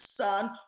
son